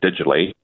digitally